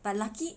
but lucky